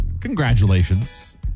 congratulations